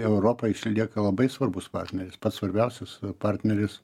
europa išlieka labai svarbus partneris pats svarbiausias partneris